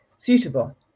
suitable